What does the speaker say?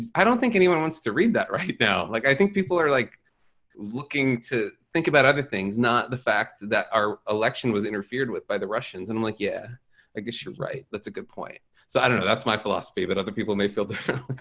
i don't think anyone wants to read that right now. like i think people are like looking to think about other things not the fact that our election was interfered with by the russians, and like yeah i guess she was right. that's a good point. so, i don't know that's my philosophy. but other people may feel differently.